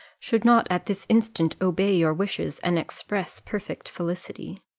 should not at this instant obey your wishes and express perfect felicity.